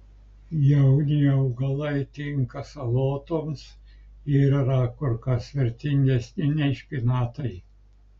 jauni augalai tinka salotoms ir yra kur kas vertingesni nei špinatai